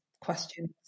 questions